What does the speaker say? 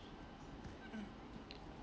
mm